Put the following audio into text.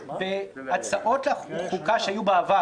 שהצעות לחוקה שהיו בעבר